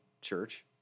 church